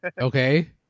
Okay